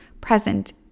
present